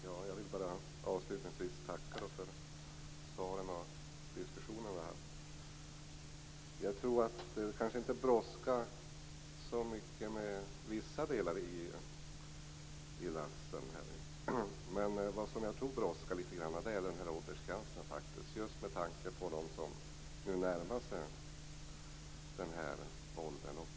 Herr talman! Jag vill avslutningsvis tacka för svaren och diskussionen. Det kanske inte brådskar så mycket med vissa delar, men vad som jag tror att det brådskar med är borttagande av åldersgränsen just med tanke på dem som nu närmar sig den åldern.